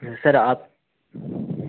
sir आप